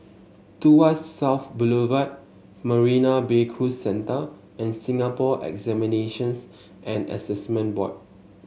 Tuas South Boulevard Marina Bay Cruise Centre and Singapore Examinations and Assessment Board